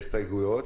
את ההסתייגויות.